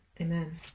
Amen